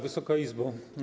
Wysoka Izbo!